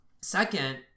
Second